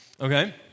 okay